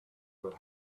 will